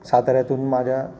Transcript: साताऱ्यातून माझ्या